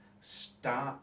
start